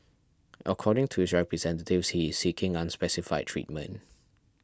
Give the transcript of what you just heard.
according to his representatives he is seeking unspecified treatment